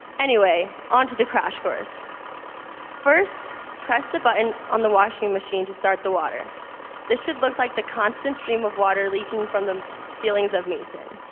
anyway on to the crash course first press the button on the washing machine to start the water this should look like the constant stream of water leaking from the ceilings of mason